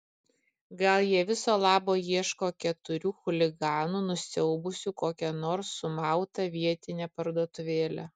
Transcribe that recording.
gal jie viso labo ieško keturių chuliganų nusiaubusių kokią nors sumautą vietinę parduotuvėlę